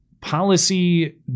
Policy